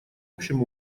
общем